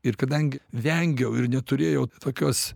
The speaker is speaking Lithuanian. ir kadangi vengiau ir neturėjau tokios